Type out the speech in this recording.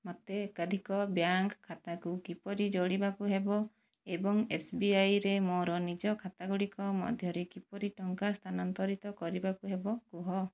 ମୋତେ ଏକାଧିକ ବ୍ୟାଙ୍କ ଖାତାକୁ କିପରି ଯୋଡ଼ିବାକୁ ହେବ ଏବଂ ଏସ୍ବିଆଇରେ ମୋର ନିଜ ଖାତାଗୁଡ଼ିକ ମଧ୍ୟରେ କିପରି ଟଙ୍କା ସ୍ଥାନାନ୍ତରିତ କରିବାକୁ ହେବ କୁହ